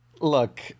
Look